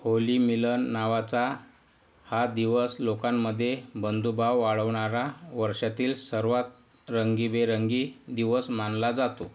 Holy Milan नावाचा हा दिवस लोकांमध्ये बंधुभाव वाढवणारा वर्षातील सर्वात रंगीबेरंगी दिवस मानला जातो